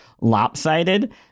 lopsided